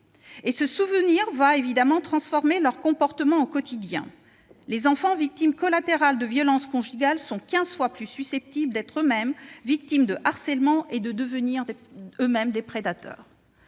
Ce souvenir va évidemment transformer leur comportement au quotidien : les enfants victimes collatérales de violences conjugales sont quinze fois plus susceptibles que les autres d'être victimes de harcèlement ou de devenir eux-mêmes des prédateurs.